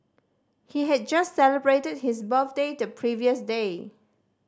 he had just celebrated his birthday the previous day